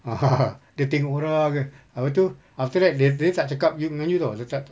dia tengok orang jer habis itu after that dia dia tak cakap you dengan you tahu dia tak tak